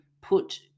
put